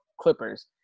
Clippers